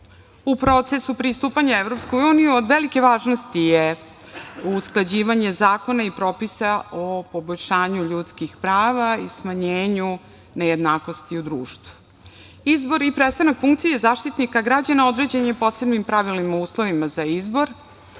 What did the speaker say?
U procesu pristupanja EU, od velike važnosti je usklađivanje zakona i propisa o poboljšanju ljudskih prava i smanjenju nejednakosti u društvu. Izbor i prestanak funkcije zaštitnika građana je određen posebnim pravilima i uslovima za izbor,